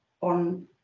on